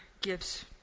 gives